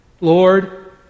Lord